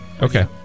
okay